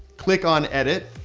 click on edit.